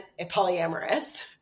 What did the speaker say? polyamorous